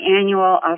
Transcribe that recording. annual